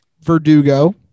Verdugo